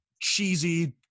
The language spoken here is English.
cheesy